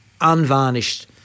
unvarnished